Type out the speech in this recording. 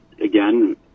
again